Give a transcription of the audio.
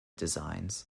designs